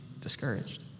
discouraged